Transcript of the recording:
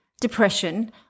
depression